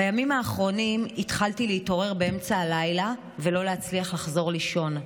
בימים האחרונים התחלתי להתעורר באמצע הלילה ולא להצליח לחזור לישון.